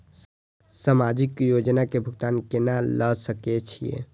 समाजिक योजना के भुगतान केना ल सके छिऐ?